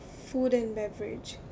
food and beverage